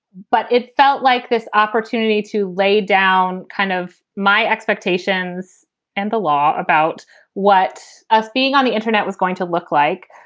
but it felt like this opportunity to lay down kind of my expectations and the law about what being on the internet was going to look like,